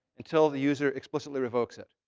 until the user explicitly revokes it.